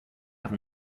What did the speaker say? have